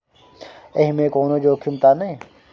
एहि मे कोनो जोखिम त नय?